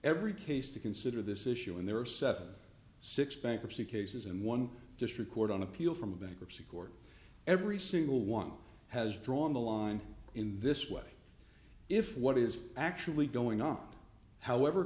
every case to consider this issue and there are seventy six bankruptcy cases in one district court on appeal from a bankruptcy court every single one has drawn the line in this way if what is actually going on however